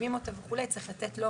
שמקימים אותה וצריך לתת לו